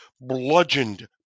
bludgeoned